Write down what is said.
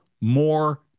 more